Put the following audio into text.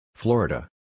Florida